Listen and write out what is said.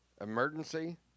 Emergency